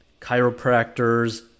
chiropractors